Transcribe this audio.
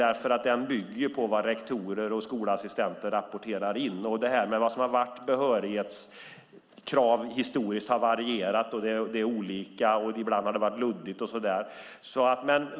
Den bygger på vad rektorer och skolassistenter rapporterar in. Vad som har varit behörighetskrav historiskt har varierat, och ibland har det varit luddigt.